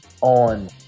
on